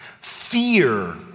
Fear